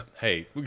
hey